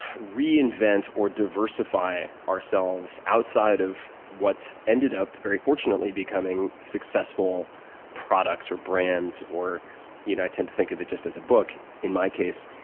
reinvent or diversify ourselves outside of what ended up, very fortunately, becoming successful products or brands or you know i tend to think of it just as a book, in my case.